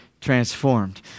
transformed